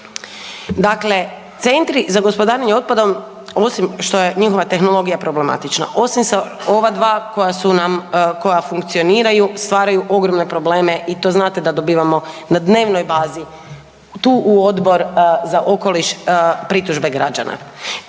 sam već kod CGO-a dakle CGO osim što je njihova tehnologija problematična, osim sa ova dva koja funkcioniraju stvaraju ogromne problem i to znate da dobivamo na dnevnoj bazi tu u Odbor za okoliš pritužbe građana.